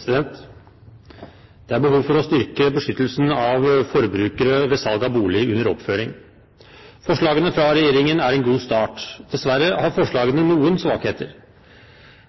Det er behov for å styrke beskyttelsen av forbrukere ved salg av bolig under oppføring. Forslagene fra regjeringen er en god start. Dessverre har forslagene noen svakheter.